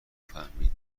فهمیدم